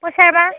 পইচাৰ বা